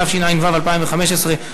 התשע"ו 2015,